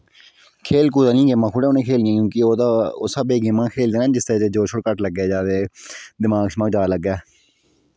खेल कुतै आह्लियां गेमां थोड़ियां उ'नें खेलनियां उस स्हाबे गेमां खेलदे नै जिस च जोश घट्ट लग्गेआ जा ते दमाग शमाग जादै लग्गै